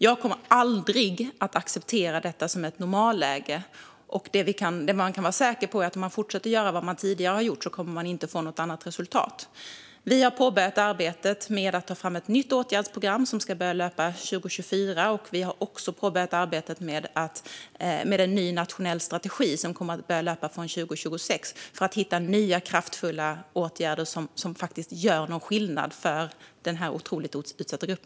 Jag kommer aldrig att acceptera detta som ett normalläge. Det man kan vara säker på är att om man fortsätter att göra vad man tidigare har gjort kommer man inte att få något annat resultat. Vi har påbörjat arbetet med att ta fram ett nytt åtgärdsprogram som ska börja löpa 2024. Vi har också påbörjat arbetet med en ny nationell strategi som kommer att börja löpa från 2026 för att hitta nya kraftfulla åtgärder som faktiskt gör någon skillnad för denna otroligt utsatta grupp.